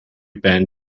band